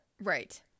Right